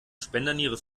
spenderniere